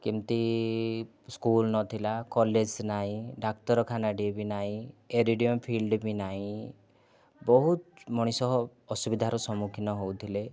ଏମିତି ସ୍କୁଲ ନଥିଲା କଲେଜ ନାହିଁ ଡାକ୍ତରଖାନାଟିଏ ବି ନାହିଁ ଏରିଡ଼ିଅମ ଫିଲ୍ଡ୍ ବି ନାହିଁ ବହୁତ ମଣିଷ ଅସୁବିଧାର ସମ୍ମୁଖୀନ ହେଉଥିଲେ